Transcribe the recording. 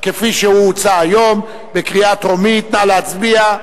כפי שהוא הוצע היום, בקריאה טרומית, נא להצביע.